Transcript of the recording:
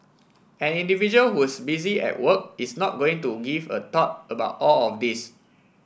an individual who's busy at work is not going to give a thought about all of this